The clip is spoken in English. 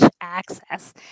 access